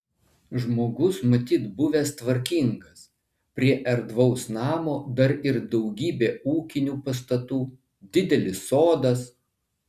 žmogus matyt buvęs tvarkingas prie erdvaus namo dar ir daugybė ūkinių pastatų didelis sodas